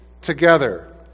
together